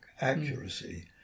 accuracy